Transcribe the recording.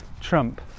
Trump